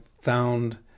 found